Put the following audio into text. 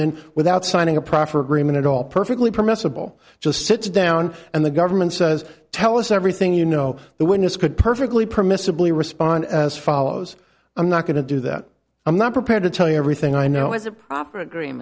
in without signing a proffer agreement at all perfectly permissible just sits down and the government says tell us everything you know the witness could perfectly permissibly respond as follows i'm not going to do that i'm not prepared to tell you everything i know